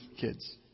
kids